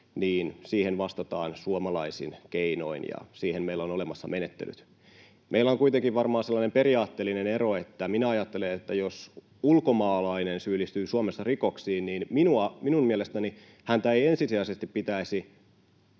niin siihen vastataan suomalaisin keinoin ja siihen meillä on olemassa menettelyt, niin meillä on kuitenkin varmaan sellainen periaatteellinen ero, että minä ajattelen, että jos ulkomaalainen syyllistyy Suomessa rikoksiin, niin minun mielestäni häntä ei ensisijaisesti pitäisi